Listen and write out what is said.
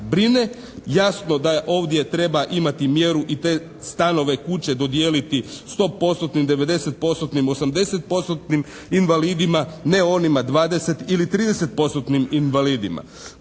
brine. Jasno da ovdje treba imati mjeru i te stanove, kuće dodijeliti 100%, 90%, 80%.-tnim invalidima, ne onima 20 ili 30%.-tnim invalidima.